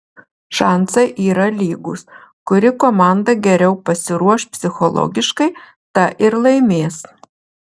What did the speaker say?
šansai yra lygūs kuri komanda geriau pasiruoš psichologiškai ta ir laimės